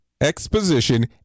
exposition